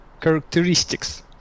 characteristics